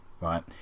right